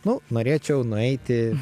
nu norėčiau nueiti